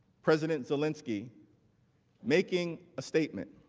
president zelensky making a statement.